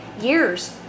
years